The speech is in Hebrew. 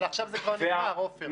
אבל עכשיו זה כבר נגמר, עפר.